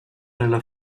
nel